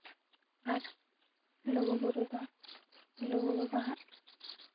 ᱟᱨ ᱞᱩᱜᱩᱼᱵᱩᱨᱩ ᱫᱚ ᱞᱩᱜᱩ ᱵᱟᱵᱟᱣᱟᱜ